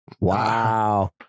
wow